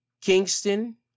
Kingston